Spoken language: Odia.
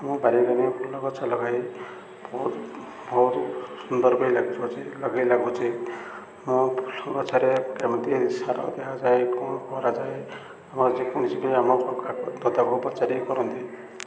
ମୁଁ ବାରିିକାନି ଫୁଲ ଗଛ ଲଗାଇ ବହୁତ ସୁନ୍ଦର ବି ଲଗେଇ ଲାଗୁଛି ମୁଁ ଫୁଲ ଗଛରେ କେମିତି ସାର ଦିଆଯାଏ କ'ଣ କରାଯାଏ ଆମର ଯେକୌଣସି ବି ଆମ ଦଦାକୁ ପଚାରି କରନ୍ତି